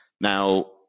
Now